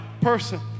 person